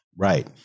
Right